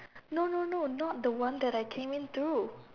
no no no not the one that I came in through